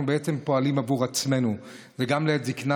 בעצם פועלים עבור עצמנו: גם לעת זקנה,